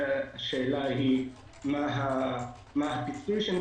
השאלה היא מה הפיצוי שניתן.